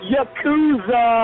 Yakuza